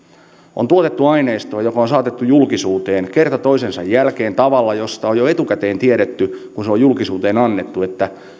on tuotettu aineistoa joka on saatettu julkisuuteen kerta toisensa jälkeen ja on jo etukäteen tiedetty että kun se on julkisuuteen annettu